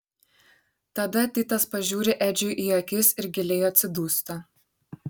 tada titas pažiūri edžiui į akis ir giliai atsidūsta